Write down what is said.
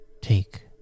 take